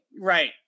right